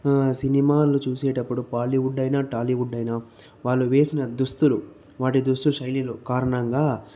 సినిమాలు చూసేటప్పుడు బాలీవుడ్ అయినా టాలీవుడ్ అయినా వాళ్ళు వేసిన దుస్తులు వాటి దుస్తు శైలులు కారణంగా